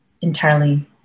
entirely